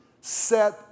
set